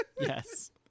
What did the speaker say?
Yes